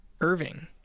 Irving